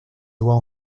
doigts